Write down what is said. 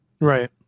Right